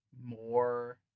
more